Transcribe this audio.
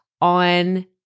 on